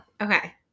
Okay